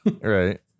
Right